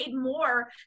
more